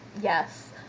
Yes